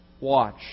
watch